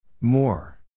More